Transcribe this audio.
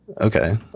Okay